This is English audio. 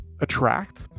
attract